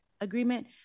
agreement